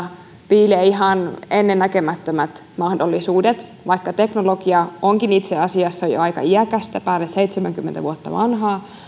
piilee ihan ennennäkemättömät mahdollisuudet vaikka teknologia onkin itse asiassa jo aika iäkästä päälle seitsemänkymmentä vuotta vanhaa